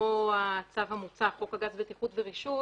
שמכוחו הצו המוצע, חוק הגז (בטיחות ורישוי),